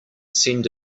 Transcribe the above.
send